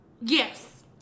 yes